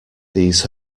these